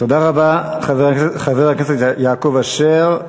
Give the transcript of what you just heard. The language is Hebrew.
תודה רבה, חבר הכנסת יעקב אשר.